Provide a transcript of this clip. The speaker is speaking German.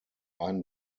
ein